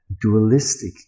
dualistic